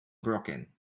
broken